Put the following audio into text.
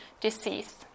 disease